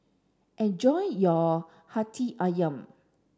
enjoy your Hati Ayam